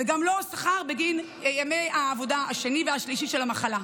וגם לא שכר בגין היום השני והשלישי של המחלה.